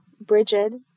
Brigid